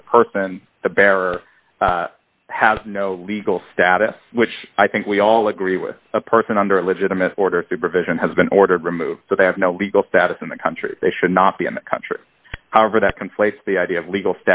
or the person the bearer has no legal status which i think we all agree with a person under a legitimate order supervision has been ordered removed so they have no legal status in the country they should not be in the country however that conflates the idea of legal